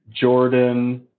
Jordan